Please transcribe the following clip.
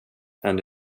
and